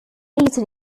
eaten